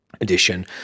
edition